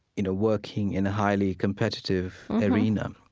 you know, working in a highly competitive arena,